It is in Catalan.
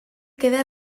queda